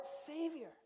savior